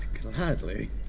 Gladly